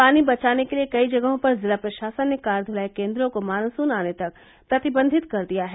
पानी बचाने के लिए कई जगहों पर जिला प्रशासन ने कार धुलाई केंद्रों को मानसून आने तक प्रतिबंधित कर दिया है